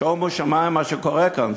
שומו שמים מה שקורה כאן.